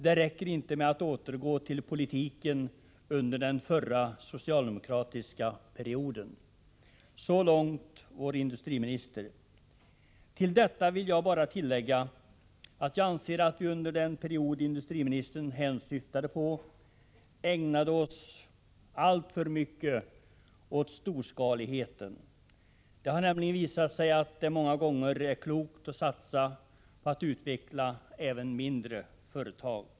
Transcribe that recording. Det räcker inte med att återgå till politiken under den förra socialdemokratiska perioden. — Så långt vår industriminister. Till detta vill jag bara tillägga att jag anser att vi under den period industriministern syftade på ägnade oss alltför mycket åt storskaligheten. Det har nämligen visat sig att det många gånger är klokt att satsa på att utveckla även mindre företag.